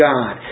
God